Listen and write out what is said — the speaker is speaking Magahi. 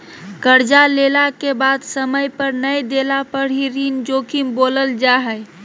कर्जा लेला के बाद समय पर नय देला पर ही ऋण जोखिम बोलल जा हइ